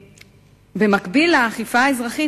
במקביל לאכיפה האזרחית,